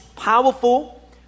powerful